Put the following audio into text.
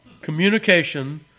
Communication